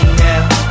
now